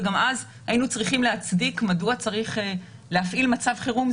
וגם אז היינו צריכים להצדיק מדוע צריך להפעיל מצב חירום,